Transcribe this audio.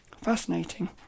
Fascinating